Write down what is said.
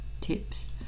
tips